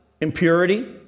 impurity